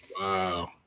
Wow